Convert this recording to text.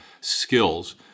skills